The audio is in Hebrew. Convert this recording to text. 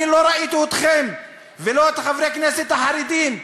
אני לא ראיתי אתכם ולא את חברי הכנסת החרדים,